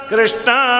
Krishna